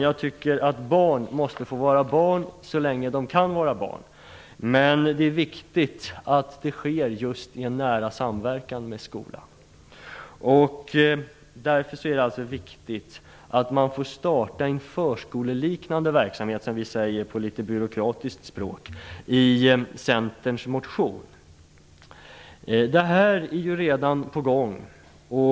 Jag tycker att barn måste få vara barn så länge de kan vara barn, men det är viktigt att det sker i en nära samverkan med skolan. Därför är det angeläget att skapa en förskoleliknande verksamhet, som vi säger på ett litet byråkratiskt språk i Centerns motion. Detta arbete är redan på gång.